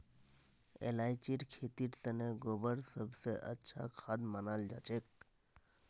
इलायचीर खेतीर तने गोबर सब स अच्छा खाद मनाल जाछेक